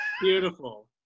Beautiful